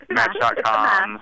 Match.com